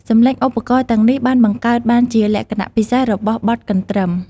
ទំនុកច្រៀងភាគច្រើននិយាយពីការសប្បាយរីករាយ ការជួបជុំគ្នា រឿងស្នេហា និងជីវិតប្រចាំថ្ងៃតាមបែបកំប្លុកកំប្លែង។